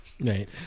Right